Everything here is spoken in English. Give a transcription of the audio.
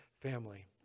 family